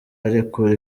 arekura